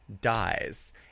dies